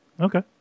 Okay